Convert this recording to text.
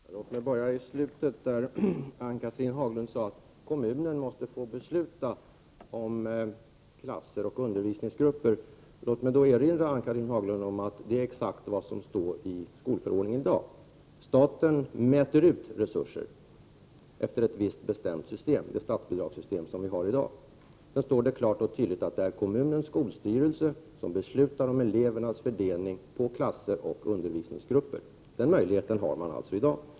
Herr talman! Låt mig börja i slutet av Ann-Cathrine Haglunds anförande där hon sade att kommunen måste få besluta om klasser och undervisningsgrupper. Låt mig då erinra henne om att det är exakt vad som står i skolförordningen i dag. Staten mäter ut resurser efter ett visst bestämt , system, det statsbidragssystem som vi har i dag. Det står klart och tydligt att det är kommunens skolstyrelse som beslutar om elevernas fördelning på klasser och undervisningsgrupper. Den möjligheten har man alltså i dag.